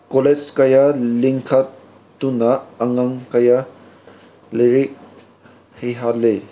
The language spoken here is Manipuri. ꯀꯣꯂꯦꯖ ꯀꯌꯥ ꯂꯤꯡꯈꯠꯇꯨꯅ ꯑꯉꯥꯡ ꯀꯌꯥ ꯂꯥꯏꯔꯤꯛ ꯍꯩꯍꯜꯂꯤ